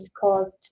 caused